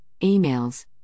emails